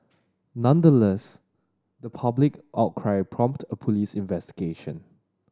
nonetheless the public outcry prompted a police investigation